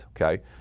Okay